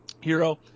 hero